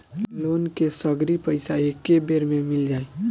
Loan के सगरी पइसा एके बेर में मिल जाई?